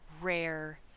rare